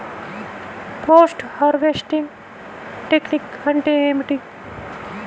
Post harvesting technique అంటే ఏమిటీ?